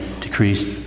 decreased